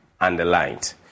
underlined